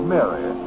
Mary